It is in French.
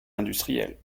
industriels